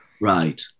Right